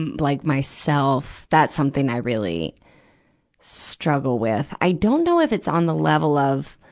and like myself, that's something i really struggle with. i don't know if it's on the level of,